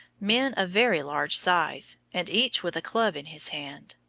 men of very large size and each with a club in his hand.